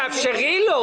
תאפשרי לו.